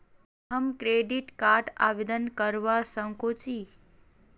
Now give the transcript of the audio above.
हम credit card आवेदन करवा संकोची?